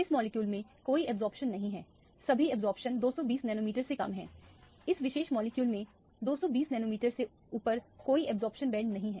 इस मॉलिक्यूल में कोई अब्जॉर्प्शन नहीं है सभी अब्जॉर्प्शन 220 नैनोमीटर से कम है इस विशेष मॉलिक्यूल में 220 नैनोमीटर से ऊपर कोई अब्जॉर्प्शन बैंड नहीं हैं